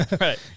Right